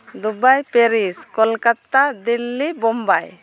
Dubai Paris Kolkata Delhi Bombay